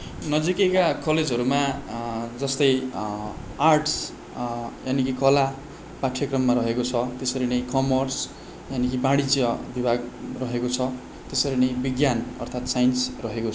नजिकैका कलेजहरूमा जस्तै आर्टस यानिकी कला पाठ्यक्रममा रहेको छ त्यसरी नै कमर्स यानिकी वाणिज्य विभाग रहेको छ त्यसरी नै विज्ञान अर्थात् साइन्स रहेको छ